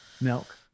milk